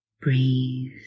breathe